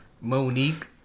Monique